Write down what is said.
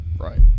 Right